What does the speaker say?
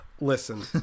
Listen